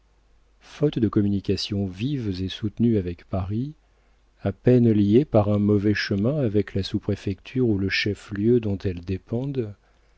faute de communications vives et soutenues avec paris à peine liées par un mauvais chemin avec la sous-préfecture ou le chef-lieu dont elles dépendent